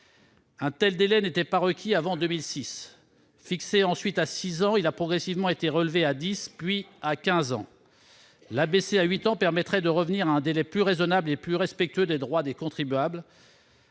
Un tel délai n'était pas requis avant 2006. Fixé ensuite à six ans, il a progressivement été relevé à dix ans, puis à quinze ans. L'abaisser à huit ans permettrait de revenir à un délai plus raisonnable et plus respectueux des droits des contribuables.